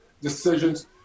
decisions